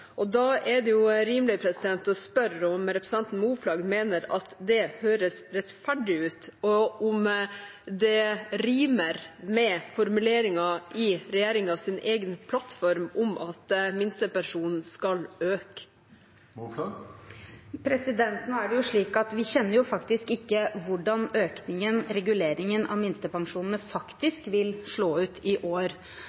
Da er det rimelig å spørre om representanten Moflag mener at det høres rettferdig ut, og om det rimer med formuleringen i regjeringens egen plattform om at minstepensjonen skal øke. Nå er det slik at vi faktisk ikke kjenner hvordan økningen – reguleringen – av minstepensjonene